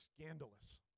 scandalous